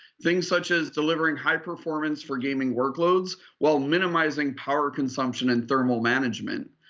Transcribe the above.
things such as delivering high performance for gaming workloads while minimizing power consumption and thermal management.